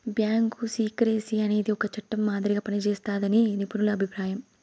bank secrecy అనేది ఒక చట్టం మాదిరిగా పనిజేస్తాదని నిపుణుల అభిప్రాయం